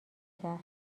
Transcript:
کرد